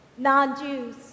Non-Jews